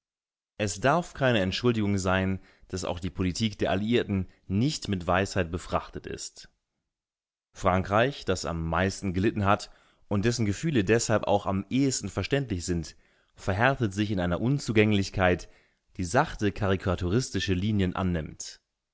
es darf keine entschuldigung sein daß auch die politik der alliierten nicht mit weisheit befrachtet ist frankreich das am meisten gelitten hat und dessen gefühle deshalb auch am ehesten verständlich sind verhärtet sich in einer unzugänglichkeit die sachte karikaturistische linien annimmt